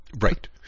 Right